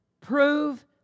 prove